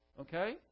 Okay